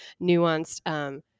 nuanced